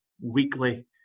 weekly